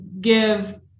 give